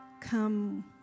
come